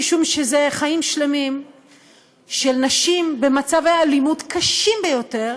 משום שאלה חיים שלמים של נשים במצבי אלימות קשים ביותר,